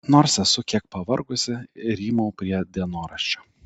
nors esu kiek pavargusi rymau prie dienoraščio